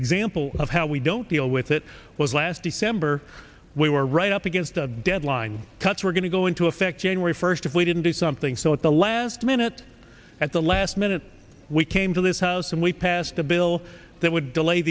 example of how we don't deal with it was last december we were right up against a deadline cuts were going to go into effect january first if we didn't do something so at the last minute at the last minute we came to this house and we passed a bill that would delay